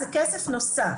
זה כסף נוסף.